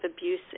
abuse